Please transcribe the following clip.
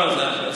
לא, לא.